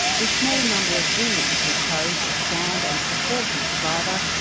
the small number of women who chose to stand and support his survivor,